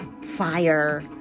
fire